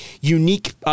unique